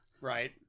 right